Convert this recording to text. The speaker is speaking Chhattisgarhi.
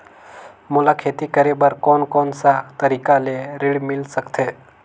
मोला खेती करे बर कोन कोन सा तरीका ले ऋण मिल सकथे?